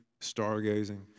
stargazing